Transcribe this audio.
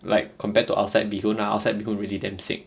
like compared to outside bee hoon lah outside bee hoon really damn sick